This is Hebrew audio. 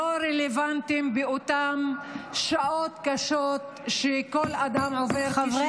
הלא-רלוונטיים באותן שעות קשות שכל אדם עובר כשהוא חולה.